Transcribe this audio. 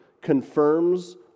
confirms